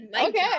okay